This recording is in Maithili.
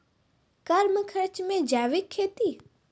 कम खर्च मे जैविक खेती?